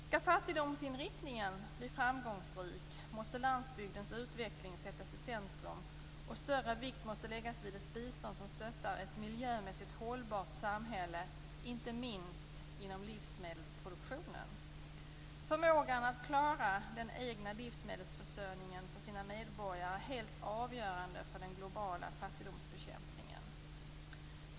Skall fattigdomsinriktningen bli framgångsrik måste landsbygdens utveckling sättas i centrum, och större vikt måste läggas vid ett bistånd som stöttar ett miljömässigt hållbart samhälle, inte minst inom livsmedelsproduktionen. Förmågan att klara den egna livsmedelsförsörjningen för sina medborgare är helt avgörande för den globala fattigdomsbekämpningen.